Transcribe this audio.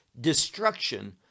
destruction